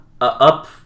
up